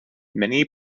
many